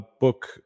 book